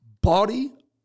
body